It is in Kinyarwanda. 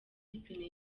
ipine